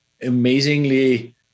amazingly